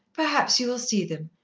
perhaps you will see them.